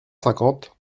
cinquante